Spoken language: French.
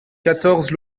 quatorze